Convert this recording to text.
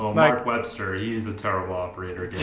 mike webster is a terrible operator